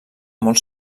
molt